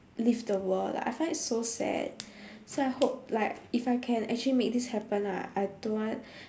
leave the world like I find it so sad so I hope like if I can actually make this happen ah I don't want